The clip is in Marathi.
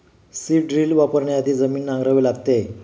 सीड ड्रिल वापरण्याआधी जमीन नांगरावी लागते